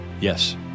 Yes